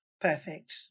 Perfect